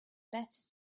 better